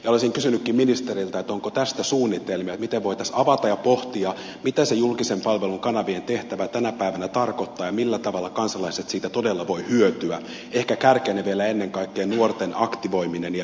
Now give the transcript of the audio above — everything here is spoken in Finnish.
olisin kysynytkin ministeriltä onko tästä suunnitelmia miten voitaisiin avata ja pohtia mitä se julkisen palvelun kanavien tehtävä tänä päivänä tarkoittaa ja millä tavalla kansalaiset siitä todella voivat hyötyä ehkä kärkenä vielä ennen kaikkea nuorten aktivoiminen ja demokratiakasvatus